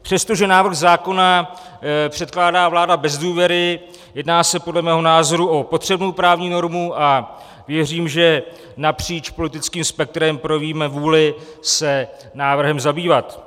Přestože návrh zákona předkládá vláda bez důvěry, jedná se podle mého názoru o potřebnou právní normu a věřím, že napříč politickým spektrem projevíme vůli se návrhem zabývat.